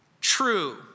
true